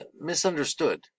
misunderstood